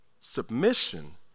Submission